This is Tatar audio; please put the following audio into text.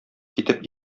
китеп